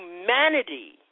humanity